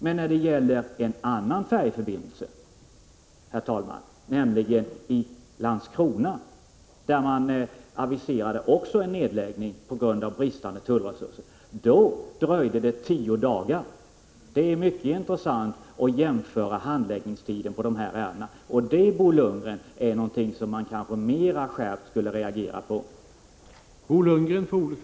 Men när det gäller en annan färjeförbindelse, nämligen i Landskrona, där man också aviserade en nedläggning på grund av bristande tullresurser, dröjde det tio dagar. Det är mycket intressant att jämföra handläggningstiden för de här ärendena. Det långa dröjsmålet, Bo Lundgren, är någonting som det kanske finns anledning att mera skärpt reagera mot.